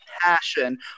passion